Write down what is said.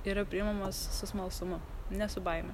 yra priimamos su smalsumu ne su baime